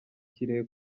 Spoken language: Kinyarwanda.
kirehe